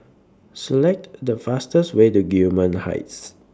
Select The fastest Way to Gillman Heights